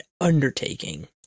undertaking